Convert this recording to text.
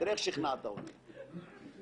זה גם מרכך את התחושה של האדים שם מקבלים.